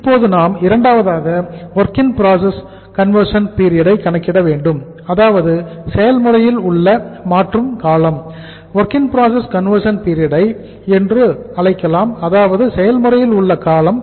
இப்போது நாம் இரண்டாவதாக work in process conversion period என்றும் அழைக்கலாம் அதாவது செயல்முறையில் உள்ள காலம்